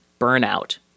Burnout